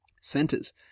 Centres